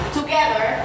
together